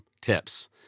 tips